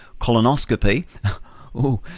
colonoscopy